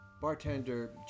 Bartender